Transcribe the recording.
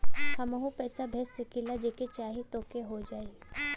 हमहू पैसा भेज सकीला जेके चाही तोके ई हो जाई?